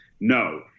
no